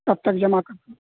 کب تک جمع کرنا